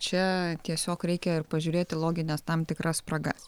čia tiesiog reikia ir pažiūrėti logines tam tikras spragas